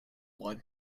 want